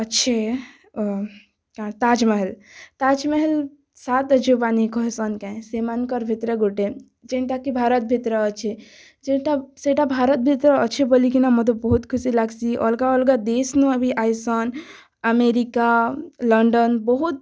ଅଛେଁ ତାଜମହଲ ତାଜମହଲ ସାତ ଅଜୁବାନି କହିସନ୍ କେନ୍ ସେମାନଙ୍କର ଭିତରେ ଗୋଟେ ଯେନ୍ତା କି ଭାରତ ଭିତରେ ଅଛି ସେଟା ସେଟା ଭାରତ ଭିତରେ ଅଛି ବୋଲିକିନା ମୋତେ ବହୁତ୍ ଖୁସି ଲାଗ୍ସି ଅଲଗା ଅଲଗା ଦେଶ୍ନୁ ବି ଆଇସନ୍ ଆମେରିକା ଲଣ୍ଡନ୍ ବହୁତ୍